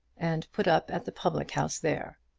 and put up at the public-house there.